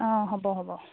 অঁ হ'ব হ'ব